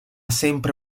sempre